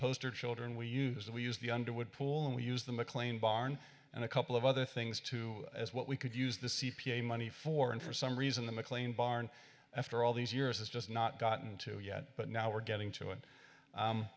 poster children we use that we use the underwood pool and we use the mclean barn and a couple of other things too as what we could use the c p a money for and for some reason the mclean barn after all these years is just not gotten to yet but now we're getting to it